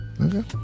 Okay